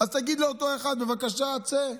אז תגיד לאותו אחד: בבקשה, צא.